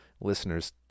listeners